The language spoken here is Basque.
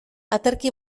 aterki